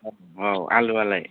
औ आलुवालाय